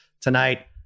tonight